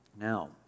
Now